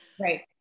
right